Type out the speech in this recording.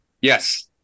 yes